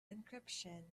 encryption